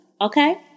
okay